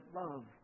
love